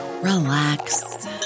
relax